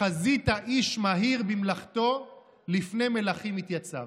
"חזית איש מהיר במלאכתו לפני מלכים יתיצב".